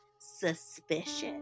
Suspicious